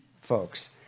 folks